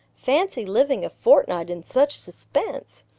fancy living a fortnight in such suspense!